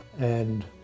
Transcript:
and